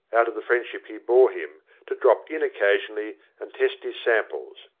out of the friendship he bore him, to drop in occasionally and test his samples.